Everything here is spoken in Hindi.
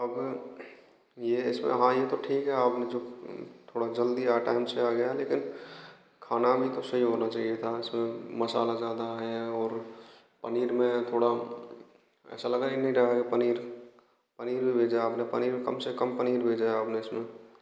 अब यह इसमें हाँ यह तो ठीक है जो जल्दी थोड़ा टाइम से आ गया लेकिन खाना भी तो सही होना चाहिए था उसमें मसाला ज्यादा है और पनीर में थोड़ा ऐसा लगा ही नहीं डाला है पनीर पनीर भेजा है आपने कम से कम पनीर भेजा है आपने